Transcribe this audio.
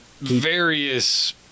various